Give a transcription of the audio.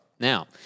Now